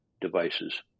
devices